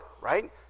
right